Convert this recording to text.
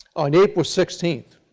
on april sixteen.